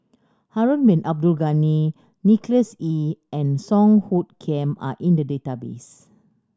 Harun Bin Abdul Ghani Nicholas Ee and Song Hoot Kiam are in the database